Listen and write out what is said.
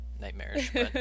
nightmarish